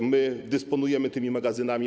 To my dysponujemy tymi magazynami.